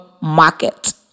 market